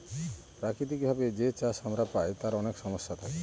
প্রাকৃতিক ভাবে যে চাষ আমরা পায় তার অনেক সমস্যা থাকে